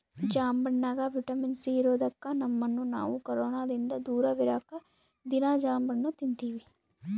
ಜಾಂಬಣ್ಣಗ vitamin C ಇರದೊಕ್ಕ ನಮ್ಮನ್ನು ನಾವು ಕೊರೊನದಿಂದ ದೂರವಿರಕ ದೀನಾ ಜಾಂಬಣ್ಣು ತಿನ್ತಿವಿ